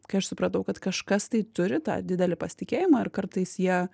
kai aš supratau kad kažkas tai turi tą didelį pasitikėjimą ir kartais jie